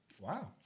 Wow